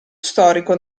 storico